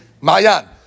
ma'yan